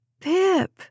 Pip